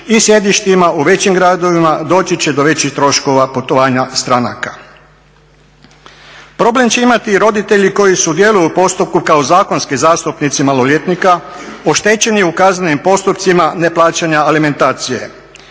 i sjedištima u većim gradovima doći će do većih troškova putovanja stranaka. Problem će imati i roditelji koji sudjeluju u postupku kao zakonski zastupnici maloljetnika, oštećeni u kaznenim postupcima neplaćanja alimentacije.